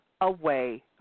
away